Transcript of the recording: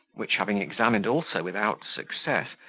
which having examined also without success,